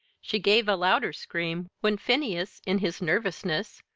she gave a louder scream when phineas, in his nervousness,